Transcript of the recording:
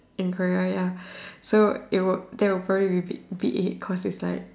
in farrier so it would there would probably be be eight cost aside